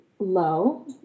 low